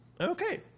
Okay